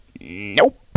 nope